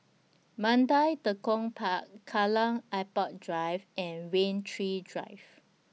Mandai Tekong Park Kallang Airport Drive and Rain Tree Drive